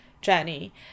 journey